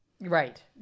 Right